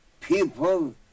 people